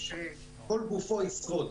שכל גופו ישרוד.